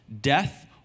death